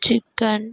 chicken